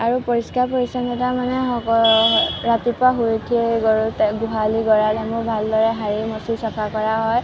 আৰু পৰিষ্কাৰ পৰিচ্ছন্নতা মানে সক ৰাতিপুৱা শুই উঠিয়েই গৰু তে গোহালী গৰাঁল সমূহ ভালদৰে সাৰি মুচি চফা কৰা হয়